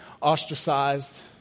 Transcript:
ostracized